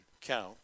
count